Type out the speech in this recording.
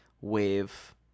wave